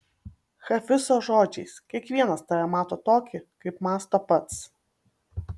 hafizo žodžiais kiekvienas tave mato tokį kaip mąsto pats